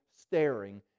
staring